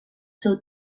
seu